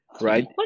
Right